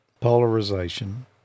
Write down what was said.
polarization